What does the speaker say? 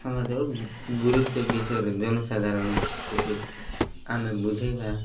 ସମାଜ ଓ ଗୁରୁତ୍ୱ ବିଷୟରେ ଜନସାଧାରଣଙ୍କୁ ଆମେ ବୁଝେଇବା